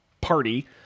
party